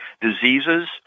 diseases